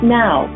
now